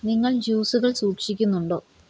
നിങ്ങൾ ജ്യൂസുകൾ സൂക്ഷിക്കുന്നുണ്ടോ